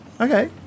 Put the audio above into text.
okay